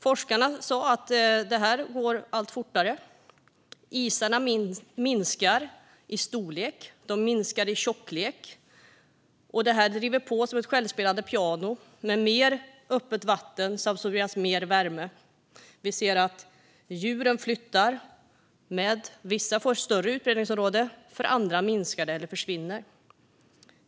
Forskarna sa att det går allt fortare. Isarna minskar i storlek. De minskar i tjocklek. Det är som ett självspelande piano med mer öppet vatten samtidigt som vi har haft mer värme. Vi ser att djuren flyttar med. Vissa får större utbredningsområde, för andra minskar det eller försvinner.